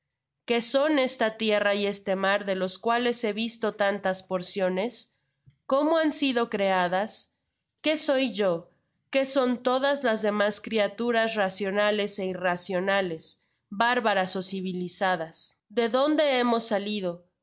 qué son esta tierra y este mar de los cuales he visto tantas porciones como han sido creadas qué soy yo qué son todas las demas criaturas racionales é irracionales bárbaras ó civilizadas de donde hemos salido